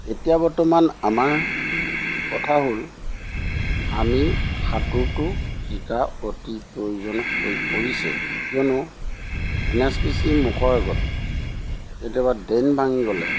এতিয়া বৰ্তমান আমাৰ কথা হ'ল আমি সাঁতোৰটো শিকা অতি প্ৰয়োজন হৈ পৰিছে কিয়নো এন এছ পি চি ৰ মুখৰ আগত কেতিয়াবা ড্ৰেইন ভাঙি গ'লে